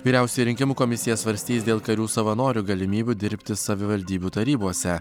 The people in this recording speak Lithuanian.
vyriausioji rinkimų komisija svarstys dėl karių savanorių galimybių dirbti savivaldybių tarybose